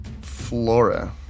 Flora